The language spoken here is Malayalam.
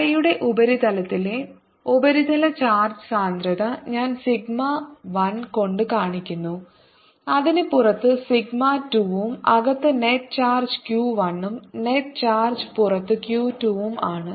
അറയുടെ ഉപരിതലത്തിലെ ഉപരിതല ചാർജ് സാന്ദ്രത ഞാൻ സിഗ്മ 1 കൊണ്ട് കാണിക്കുന്നു അതിന് പുറത്ത് സിഗ്മ 2 ഉം അകത്തെ നെറ്റ് ചാർജ് Q 1 ഉം നെറ്റ് ചാർജ് പുറത്ത് Q 2 ഉം ആണ്